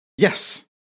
Yes